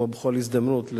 כמו בכל הזדמנות,